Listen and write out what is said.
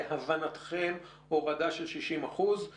להבנתכם הורדה של 60% על